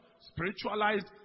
spiritualized